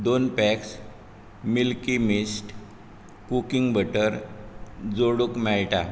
दोन packs Milky Mist cooking butter जोडूंक मेळटा